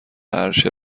عرشه